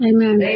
Amen